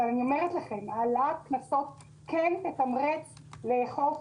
שהעלאת קנסות כן תתמרץ לאכוף